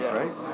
right